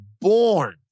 born